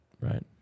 Right